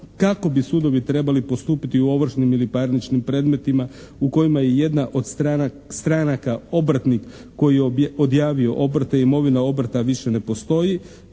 kako bi sudovi trebali postupiti u ovršnim ili parničnim predmetima u kojima je jedna od stranaka obrtnik koji je odjavio obrte i imovina obrta više ne postoji.